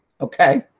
Okay